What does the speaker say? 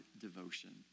devotion